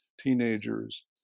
teenagers